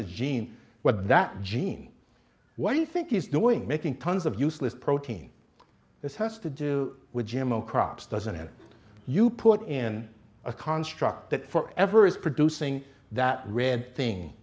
his genes what that gene what do you think he's doing making tons of useless protein this has to do with g m o crops doesn't it you put in a construct that forever is producing that red thing